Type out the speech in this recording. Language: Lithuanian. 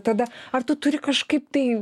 tada ar tu turi kažkaip tai